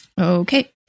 Okay